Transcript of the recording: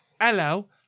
Hello